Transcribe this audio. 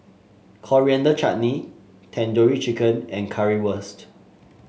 Coriander Chutney Tandoori Chicken and Currywurst